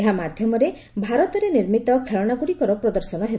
ଏହା ମାଧ୍ୟମରେ ଭାରତରେ ନିର୍ମିତ ଖେଳଶାଗୁଡ଼ିକର ପ୍ରଦର୍ଶନ ହେବ